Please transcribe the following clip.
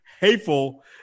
hateful